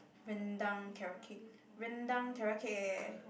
Rendang Carrot-Cake Rendang Carrot-Cake eh